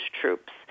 troops